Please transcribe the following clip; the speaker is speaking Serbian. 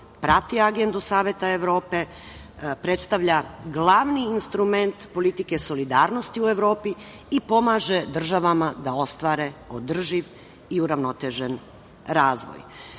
prati agendu Saveta Evrope, predstavlja glavni instrument politike solidarnosti u Evropi i pomaže državama da ostvare održiv i uravnotežen